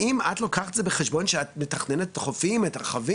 האם את לוקחת את זה בחשבון כשאת מתכננת את החופים הרחבים,